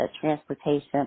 transportation